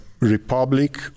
republic